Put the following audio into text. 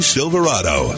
Silverado